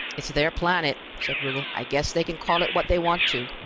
it's their planet, said rugel. i guess they can call it what they want to.